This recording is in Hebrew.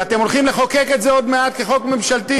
ואתם הולכים לחוקק את זה עוד מעט כחוק ממשלתי,